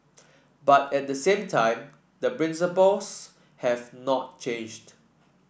but at the same time the principles have not changed